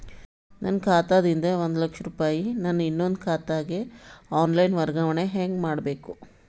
ನನ್ನ ಖಾತಾ ದಿಂದ ಒಂದ ಲಕ್ಷ ರೂಪಾಯಿ ನನ್ನ ಇನ್ನೊಂದು ಖಾತೆಗೆ ಆನ್ ಲೈನ್ ವರ್ಗಾವಣೆ ಹೆಂಗ ಮಾಡಬೇಕು?